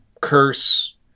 curse